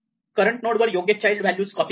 current नोडवर योग्य child values copy करते